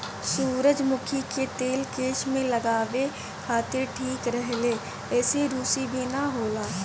सुजरमुखी के तेल केस में लगावे खातिर ठीक रहेला एसे रुसी भी ना होला